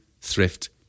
thrift